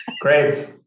Great